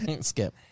skip